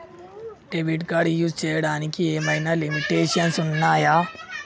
Debit card use చేయడానికి ఏమైనా limitations ఉన్నాయా?